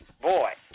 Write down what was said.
boy